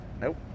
Nope